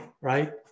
right